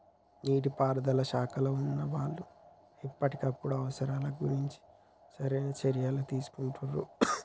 నీటి పారుదల శాఖలో వున్నా వాళ్లు ఎప్పటికప్పుడు అవసరాలను గుర్తించి సరైన చర్యలని తీసుకుంటాండ్రు